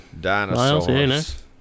Dinosaurs